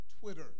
Twitter